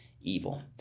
evil